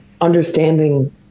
understanding